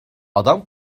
adam